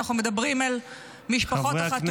אנחנו מדברים אל משפחות החטופים.